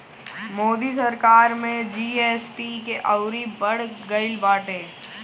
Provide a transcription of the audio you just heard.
मोदी सरकार में जी.एस.टी के अउरी बढ़ गईल बाटे